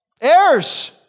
Heirs